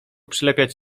przylepiać